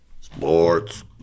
Sports